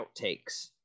outtakes